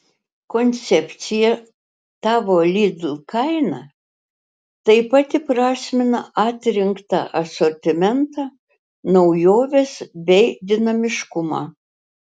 koncepcija tavo lidl kaina taip pat įprasmina atrinktą asortimentą naujoves bei dinamiškumą